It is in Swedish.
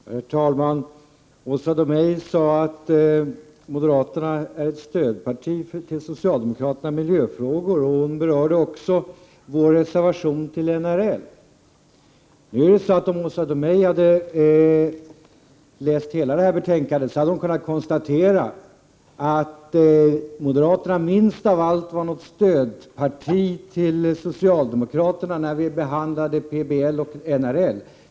Herr talman! Åsa Domeij sade att moderaterna är ett stödparti till socialdemokraterna i miljöfrågor. Hon berörde också vår reservation om NRL. Men om Åsa Domeij hade läst hela betänkandet, skulle hon ha kunnat konstatera att moderaterna minst av allt var ett stödparti till socialdemokraterna när PBL och NRL behandlades.